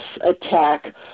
attack